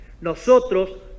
Nosotros